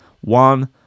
one